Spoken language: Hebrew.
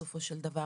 בסופו של דבר?